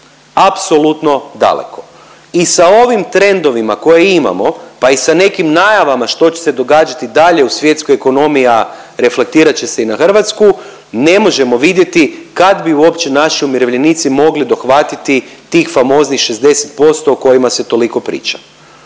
Apsolutno daleko. I sa ovim trendovima koje imamo, pa i sa nekim najavama što će se događati dalje u svjetskoj ekonomiji, a reflektirat će se i na hrvatsku, ne možemo vidjeti kad bi uopće naši umirovljenici mogli dohvatiti tih famoznih 60% o kojima se toliko priča.